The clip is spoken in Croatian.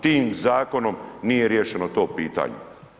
Tim zakonom nije riješeno to pitanje.